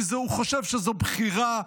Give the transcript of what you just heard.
כי הוא חושב שזו בחירה,